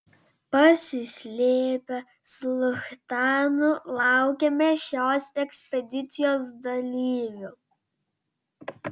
pasislėpę su luchtanu laukėme šios ekspedicijos dalyvių